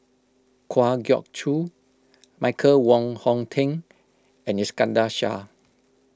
Kwa Geok Choo Michael Wong Hong Teng and Iskandar Shah